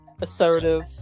assertive